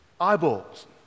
eyeballs